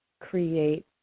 create